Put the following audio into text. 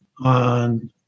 on